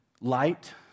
light